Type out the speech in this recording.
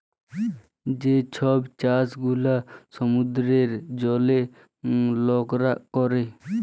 যে ছব চাষ গুলা সমুদ্রের জলে লকরা ক্যরে